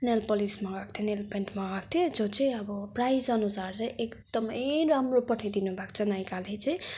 nail polish मगाएको थिएँ nail paint मगाएको थिएँ जो चाहिँ अब प्राइजअनुसार चाहिँ एकदमै राम्रो पठाइदिनु भएको छ नाइकाले चाहिँ